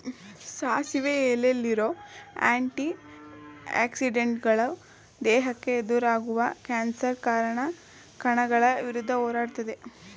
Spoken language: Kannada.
ಸಾಸಿವೆ ಎಲೆಲಿರೋ ಆಂಟಿ ಆಕ್ಸಿಡೆಂಟುಗಳು ದೇಹಕ್ಕೆ ಎದುರಾಗುವ ಕ್ಯಾನ್ಸರ್ ಕಾರಕ ಕಣಗಳ ವಿರುದ್ಧ ಹೋರಾಡ್ತದೆ